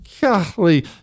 Golly